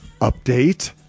update